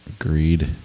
Agreed